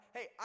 Hey